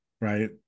right